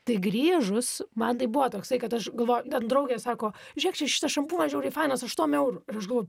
tai grįžus man tai buvo toksai kad aš galvoju ten draugė sako žiūrėk čia šitas šampūnas žiauriai fainas aštuom eurų ir aš galvoju